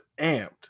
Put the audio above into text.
amped